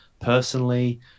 Personally